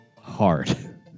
hard